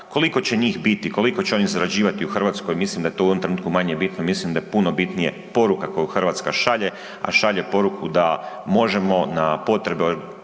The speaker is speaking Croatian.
koliko će njih biti, koliko će oni zarađivati u Hrvatskoj, mislim da je to u ovom trenutku manje bitno, mislim da je puno bitnije poruka koju Hrvatska šalje a šalje poruku da možemo na potrebe